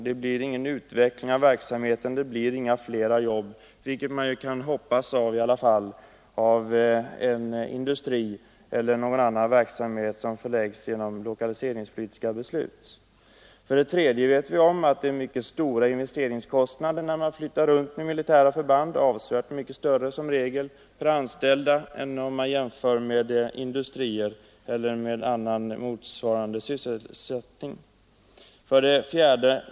Det blir ingen utveckling av verksamheten, det blir inga flera jobb. Man kan i alla fall hoppas att en industri eller annan verksamhet som förläggs genom lokaliseringspolitiska beslut skall ge utveckling och fler jobb. 3. Det är mycket stora investeringskostnader när man flyttar runt militära förband. Kostnaderna är som regel avsevärt större per anställd än 4.